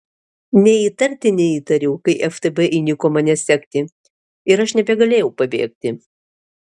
nė įtarti neįtariau kai ftb įniko mane sekti ir aš nebegalėjau pabėgti